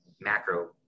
macro